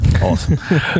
awesome